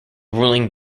ruling